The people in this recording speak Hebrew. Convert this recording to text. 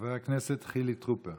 חבר הכנסת חילי טרופר.